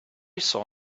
saw